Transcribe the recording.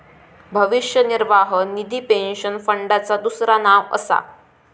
भविष्य निर्वाह निधी पेन्शन फंडाचा दुसरा नाव असा